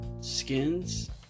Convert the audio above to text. skins